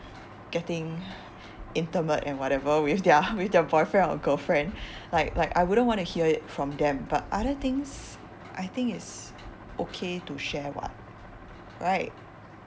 getting intimite and whatever with their with their boyfriend or girlfriend like like I wouldn't want to hear it from them but other things I think it's okay to share [what] right